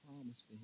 promise